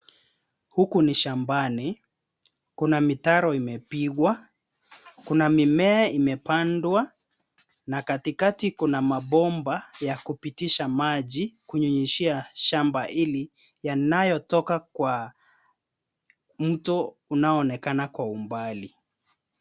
Huku ni shambani, kuna mitaro imepigwa. Kuna mimea imepandwa na katikati kuna mabomba yakupitisha maji kunyunyizia shamba ili, yanayotoka kwa mto unaoonekana kwa umbali.